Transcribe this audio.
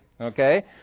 Okay